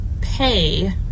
pay